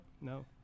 no